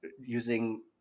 using